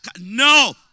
No